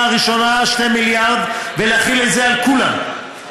הראשונה 2 מיליארד ולהחיל את זה על כולם,